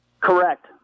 Correct